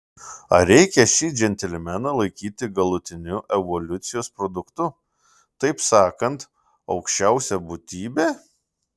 ar reikia šį džentelmeną laikyti galutiniu evoliucijos produktu taip sakant aukščiausia būtybe